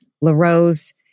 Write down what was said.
LaRose